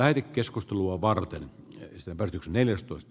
äiti keskustelua varten etnistä bardot neljä sport